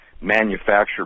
manufactured